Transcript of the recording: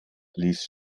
ließ